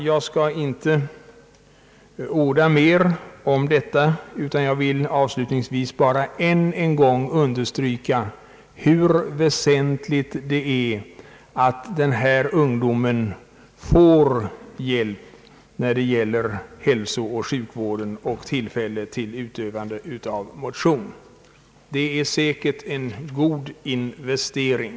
Jag skall inte orda mer om detta utan vill avslutningsvis än en gång bara understryka hur väsentligt det är att denna ungdom får hjälp när det gäller hälsooch sjukvård och tillfälle att motionera. Kostnaden härför är säkert en god investering.